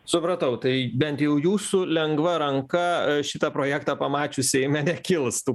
supratau tai bent jau jūsų lengva ranka šitą projektą pamačius seime nekils tų